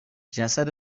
جسد